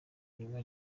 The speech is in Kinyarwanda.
kunywa